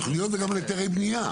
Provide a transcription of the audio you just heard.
על תוכניות וגם על היתרי בנייה.